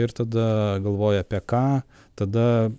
ir tada galvoji apie ką tada